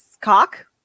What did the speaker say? cock